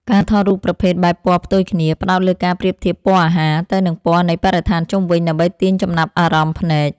ការថតរូបប្រភេទបែបពណ៌ផ្ទុយគ្នា ផ្ដោតលើការប្រៀបធៀបពណ៌អាហារ ទៅនឹងពណ៌នៃបរិស្ថានជុំវិញ ដើម្បីទាញចំណាប់អារម្មណ៍ភ្នែក។